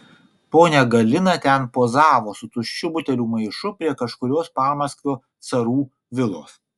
ponia galina ten pozavo su tuščių butelių maišu prie kažkurios pamaskvio carų vilos